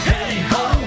Hey-ho